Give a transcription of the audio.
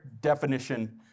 definition